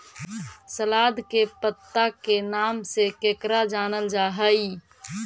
सलाद के पत्ता के नाम से केकरा जानल जा हइ?